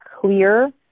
clear